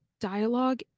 dialogue